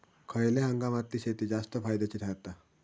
खयल्या हंगामातली शेती जास्त फायद्याची ठरता?